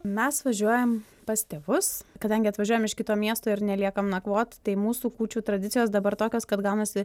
mes važiuojam pas tėvus kadangi atvažiuojam iš kito miesto ir neliekam nakvot tai mūsų kūčių tradicijos dabar tokios kad gaunasi